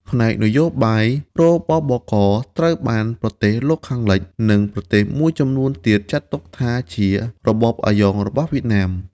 ផ្នែកនយោបាយ: រ.ប.ប.ក. ត្រូវបានប្រទេសលោកខាងលិច និងប្រទេសមួយចំនួនទៀតចាត់ទុកថាជារបបអាយ៉ងរបស់វៀតណាម ។